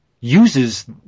uses